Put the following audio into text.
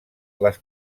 les